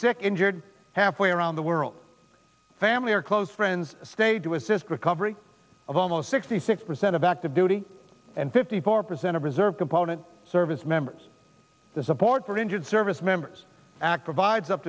sick injured halfway around the world family or close friends stayed to assist recovery of almost sixty six percent of active duty and fifty four percent of reserve component service members to support for injured service members act or vides up